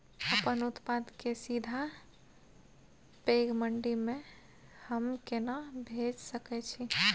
अपन उत्पाद के सीधा पैघ मंडी में हम केना भेज सकै छी?